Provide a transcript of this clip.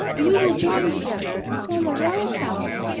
and we will join together and form a royal family,